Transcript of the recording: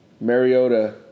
Mariota